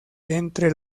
entre